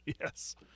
yes